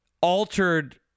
altered